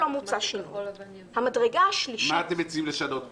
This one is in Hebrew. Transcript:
מה מציעים לשנות פה?